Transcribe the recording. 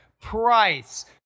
price